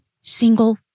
single